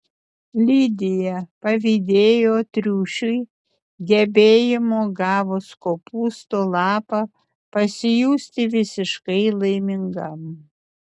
lidija pavydėjo triušiui gebėjimo gavus kopūsto lapą pasijusti visiškai laimingam